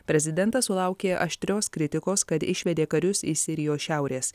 prezidentas sulaukė aštrios kritikos kad išvedė karius iš sirijos šiaurės